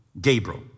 Gabriel